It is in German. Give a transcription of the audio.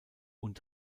und